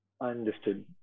Understood